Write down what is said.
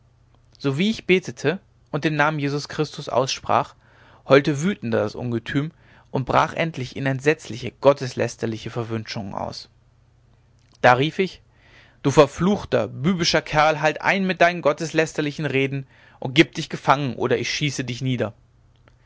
sowie ich betete und den namen jesus christus aussprach heulte wütender das ungetüm und brach endlich in entsetzliche gotteslästerliche verwünschungen aus da rief ich du verfluchter bübischer kerl halt ein mit deinen gotteslästerlichen reden und gib dich gefangen oder ich schieße dich nieder